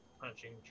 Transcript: punching